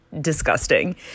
disgusting